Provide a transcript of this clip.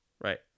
Right